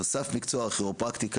נוסף מקצוע הכירופרקטיקה,